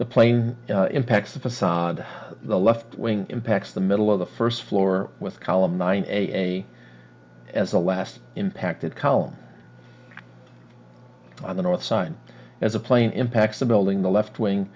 the plane impacts the facade of the left wing impacts the middle of the first floor was column nine a as a last impacted column on the north side as a plane impacts the building the left wing